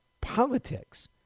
politics